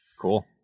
Cool